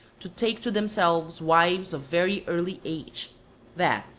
to take to themselves wives of very early age that,